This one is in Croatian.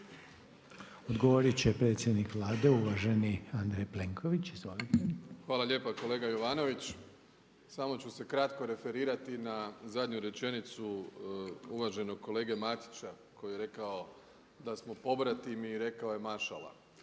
Izvolite. **Plenković, Andrej (HDZ)** Hvala lijepo kolega Jovanović. Samo ću se kratko referirati na zadnju rečenicu uvaženog kolege Matića koji je rekao da smo pobratimi i rekao je mašala.